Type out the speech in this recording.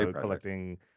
collecting